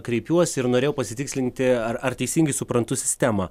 kreipiuosi ir norėjau pasitikslinti ar ar teisingai suprantu sistemą